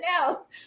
else